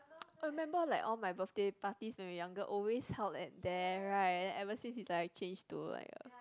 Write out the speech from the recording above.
I remember like all my birthday parties when we younger always held at there right and ever since it like changed to like a